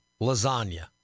lasagna